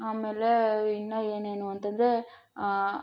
ಆಮೇಲೆ ಇನ್ನೂ ಏನೇನು ಅಂತಂದರೆ